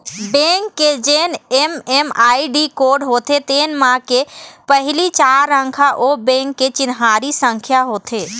bank के जेन MMID code होथे तेन म के पहिली चार अंक ह ओ बेंक के चिन्हारी संख्या होथे